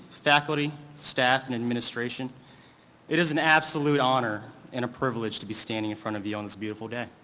faculty, staff and administration it is an absolute honor and a privilege to be standing in front of you on his beautiful day.